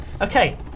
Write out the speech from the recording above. Okay